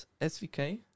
SVK